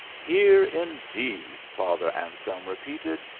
here indeed, father anselm repeated,